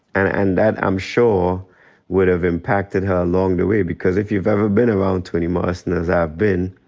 and and that i'm sure would have impacted her along the way. because if you've ever been around toni morrison, as i have been,